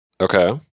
okay